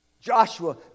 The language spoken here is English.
Joshua